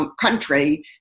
country